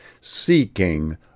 seeking